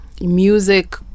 music